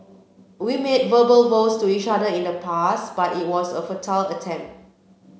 we made verbal vows to each other in the past but it was a futile attempt